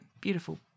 beautiful